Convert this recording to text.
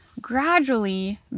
gradually